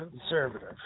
conservative